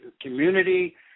community